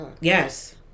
Yes